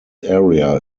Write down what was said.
area